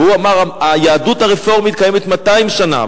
והוא אמר: היהדות הרפורמית קיימת 200 שנה.